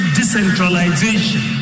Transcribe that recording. decentralization